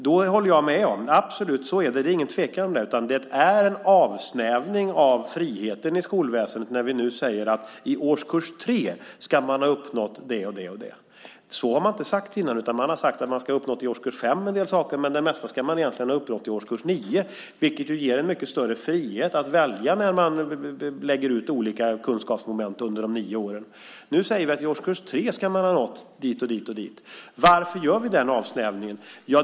Då håller jag med om att det är en avsnävning av friheten inom skolväsendet när vi nu säger att man i årskurs 3 ska ha uppnått det och det. Så är det, absolut, utan tvekan. Så har man inte sagt innan. Man har sagt att eleven i årskurs 5 ska ha uppnått en del saker, men det mesta ska eleven ha uppnått till årskurs 9. Det ger en mycket större frihet att välja när man lägger ut olika kunskapsmoment under de nio åren. Nu säger vi att man ska ha nått olika mål i årskurs 3. Varför gör vi den avsnävningen?